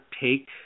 take